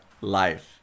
life